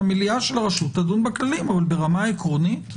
מליאת הרשות תדון בכללים אבל ברמה העקרונית,